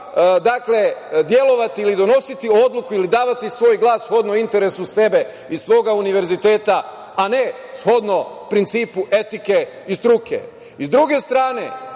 ipak delovati ili donositi odluku ili davati svoj glas shodno interesu sebe i svoga univerziteta, a ne shodno principu etike i struke.S